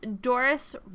Doris